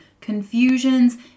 confusions